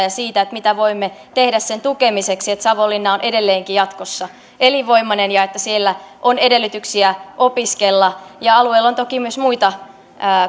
ja siitä mitä voimme tehdä sen tukemiseksi että savonlinna on edelleenkin jatkossa elinvoimainen ja että siellä on edellytyksiä opiskella ja alueella on toki myös muita